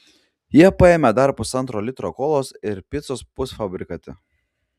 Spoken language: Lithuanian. jie paėmė dar pusantro litro kolos ir picos pusfabrikatį